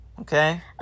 Okay